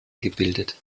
gebildet